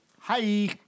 Hi